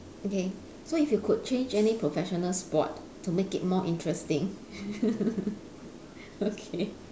okay so if you could change any professional sport to make it more interesting okay